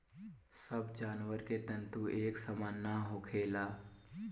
सब जानवर के तंतु एक सामान ना होखेला